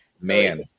man